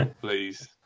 please